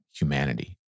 humanity